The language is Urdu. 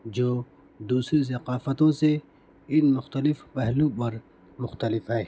جو دوسری ثقافتوں سے ان مختلف پہلو پر مختلف ہے